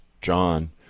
John